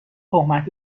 تهمت